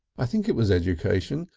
i think it was education,